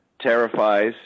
terrifies